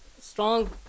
strong